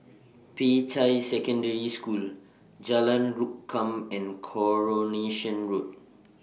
Peicai Secondary School Jalan Rukam and Coronation Road